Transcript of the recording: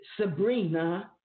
Sabrina